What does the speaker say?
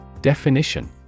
Definition